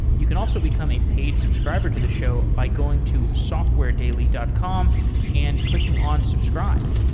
you can also become a paid subscriber to the show by going to softwaredaily dot com and clicking on subscribe.